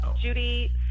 Judy